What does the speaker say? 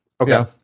Okay